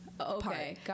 okay